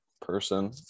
person